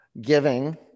giving